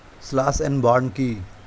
Slash and burn কি?